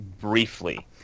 briefly